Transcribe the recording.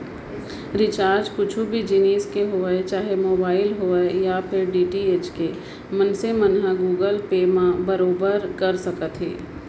recharge कुछु भी जिनिस के होवय चाहे मोबाइल होवय या फेर डी.टी.एच के मनसे मन ह गुगल पे म बरोबर कर सकत हे